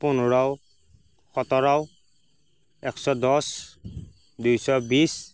পোন্ধৰ সোতৰ এশ দহ দুশ বিশ